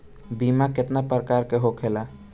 बीमा केतना प्रकार के होखे ला?